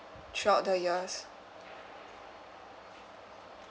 throughout the years